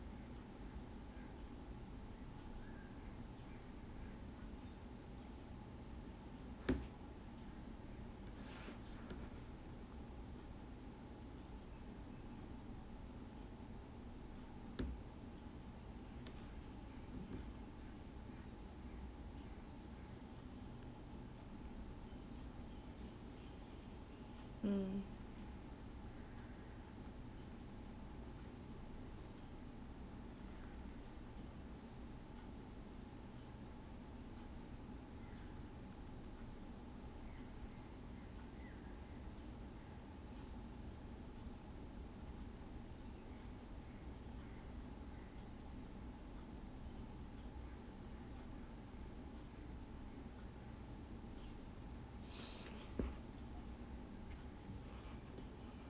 mm